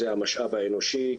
זה המשאב האנושי,